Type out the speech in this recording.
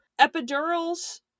epidurals